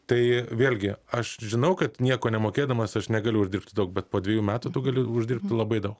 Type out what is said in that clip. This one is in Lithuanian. tai vėlgi aš žinau kad nieko nemokėdamas aš negaliu uždirbti daug bet po dvejų metų tu gali uždirbti labai daug